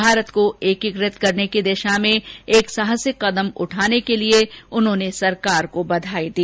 भारत को एकीकृत करने की दिशा में एक साहसिक कदम उठाने के लिए उन्होंने सरकार को बधाई दी